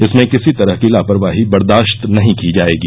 इसमें किसी तरह की लापरवाही बर्दाश्त नहीं की जाएगी